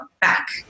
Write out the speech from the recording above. back